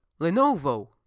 Lenovo